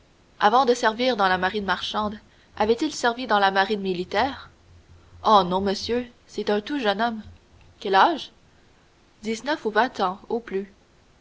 avant de servir dans la marine marchande avait-il servi dans la marine militaire oh non monsieur c'est un tout jeune homme quel âge dix-neuf ou vingt ans au plus